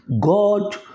God